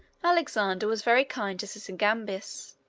alexander was very kind to sysigambis,